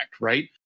right